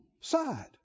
side